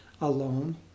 alone